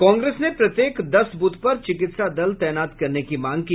कांग्रेस ने प्रत्येक दस बूथ पर चिकित्सा दल तैनात करने की मांग की